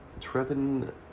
Trevin